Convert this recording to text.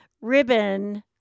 ribbon